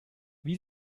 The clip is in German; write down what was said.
wie